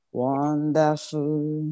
wonderful